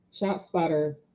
ShopSpotter